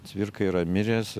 cvirka yra miręs